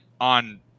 on